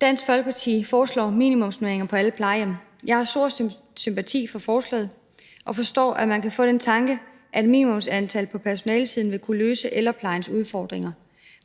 Dansk Folkeparti foreslår minimumsnormeringer på alle plejehjem. Jeg har stor sympati for forslaget og forstår, at man kan få den tanke, at et minimumsantal på personalesiden ville kunne løse ældreplejens udfordringer.